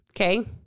okay